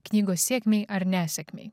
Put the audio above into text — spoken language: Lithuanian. knygos sėkmei ar nesėkmei